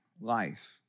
life